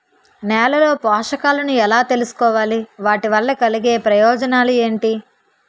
నేలలో పోషకాలను ఎలా తెలుసుకోవాలి? వాటి వల్ల కలిగే ప్రయోజనాలు ఏంటి?